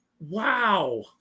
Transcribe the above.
Wow